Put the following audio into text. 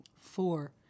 Four